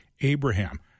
Abraham